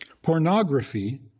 Pornography